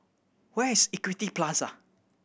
where is Equity Plaza